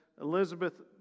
Elizabeth